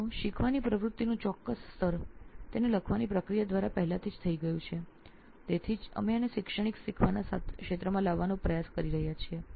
તેથી શીખવાની પ્રવૃત્તિનું ચોક્કસ સ્તર તેને લખવાની પ્રક્રિયા દ્વારા પહેલાથી જ થઈ ગયું છે તેથી જ અમે આને શૈક્ષણિક શીખવાના ક્ષેત્રમાં લાવવાનો પ્રયાસ કરી રહ્યા છીએ